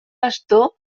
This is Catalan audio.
bastó